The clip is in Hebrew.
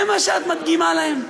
זה מה שאת מדגימה להם?